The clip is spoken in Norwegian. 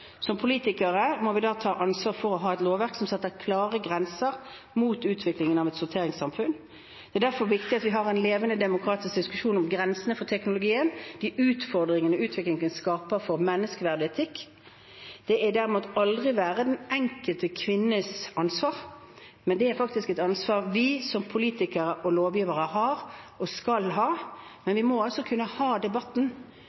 Som politikere må vi ta ansvaret for å ha et lovverk som setter klare grenser mot utviklingen av et sorteringssamfunn. Det er derfor viktig at vi har en levende, demokratisk diskusjon om grensene for teknologien, om de utfordringene utviklingen skaper for menneskeverd og etikk. Det er dermed aldri den enkelte kvinnes ansvar, men et ansvar vi som politikere og lovgivere har og skal ha.